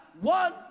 one